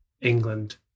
England